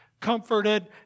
comforted